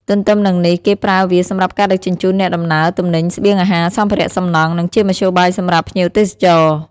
ទន្ទឹមនឹងនេះ គេប្រើវាសម្រាប់ការដឹកជញ្ជូនអ្នកដំណើរ ទំនិញ ស្បៀងអាហារ សម្ភារៈសំណង់ និងជាមធ្យោបាយសម្រាប់ភ្ញៀវទេសចរ។